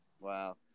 Wow